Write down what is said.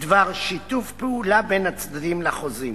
בדבר שיתוף פעולה בין הצדדים לחוזים.